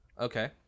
Okay